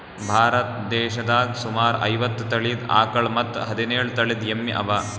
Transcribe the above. ಭಾರತ್ ದೇಶದಾಗ್ ಸುಮಾರ್ ಐವತ್ತ್ ತಳೀದ ಆಕಳ್ ಮತ್ತ್ ಹದಿನೇಳು ತಳಿದ್ ಎಮ್ಮಿ ಅವಾ